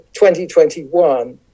2021